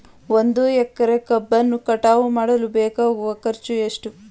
ಒಂದು ಎಕರೆ ಕಬ್ಬನ್ನು ಕಟಾವು ಮಾಡಲು ಬೇಕಾಗುವ ಖರ್ಚು ಎಷ್ಟು?